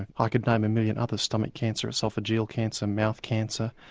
i could name a million others, stomach cancer, oesophageal cancer, mouth cancer,